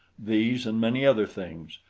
these and many other things,